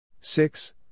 six